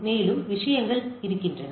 மேலும் விஷயங்கள் வருகின்றன